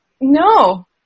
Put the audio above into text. No